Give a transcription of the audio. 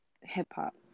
hip-hop